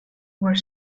were